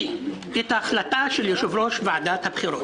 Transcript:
את ההחלטה של יושב-ראש ועדת הבחירות.